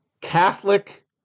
Catholic